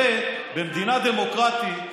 הרי במדינה דמוקרטית,